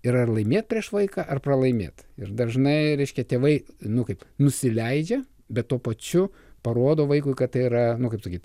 ir ar laimėt prieš vaiką ar pralaimėt ir dažnai reiškia tėvai nu kaip nusileidžia bet tuo pačiu parodo vaikui kad yra nu kaip sakyt